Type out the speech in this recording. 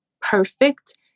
perfect